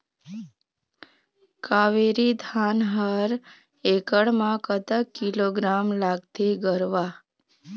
कावेरी धान हर एकड़ म कतक किलोग्राम लगाथें गरवा?